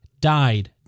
died